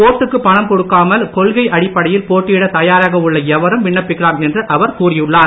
ஓட்டு பணம் கொடுக்காமல் கொள்கை அடிப்படையில் போட்டியிடத் தயாராக உள்ள எவரும் விண்ணப்பிக்கலாம் என்று அவர் கூறியுள்ளார்